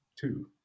two